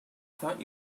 thought